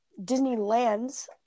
Disneyland's